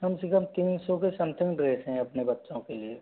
कम से कम तीन सौ के समथिंग ड्रेस हैं अपने बच्चों के लिए